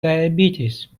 diabetes